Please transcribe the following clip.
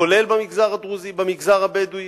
כולל במגזר הדרוזי ובמגזר הבדואי.